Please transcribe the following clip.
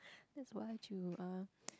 that's what you are